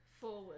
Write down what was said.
forward